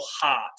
heart